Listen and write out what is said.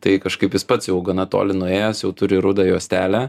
tai kažkaip jis pats jau gana toli nuėjęs jau turi rudą juostelę